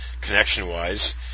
connection-wise